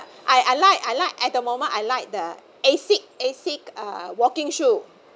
I I like I like at the moment I like the asics asics uh walking shoe